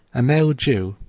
a male jew,